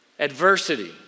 Adversity